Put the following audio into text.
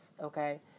Okay